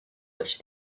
which